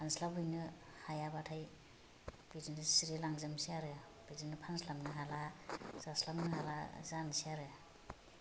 हानस्लाबहैनो हायाबाथाय बिदिनो सिरिलांजोबनोसै आरो बिदिनो फानस्लाबनो हाला जास्लाबनो हाला जानोसै आरो